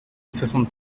soixante